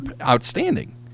outstanding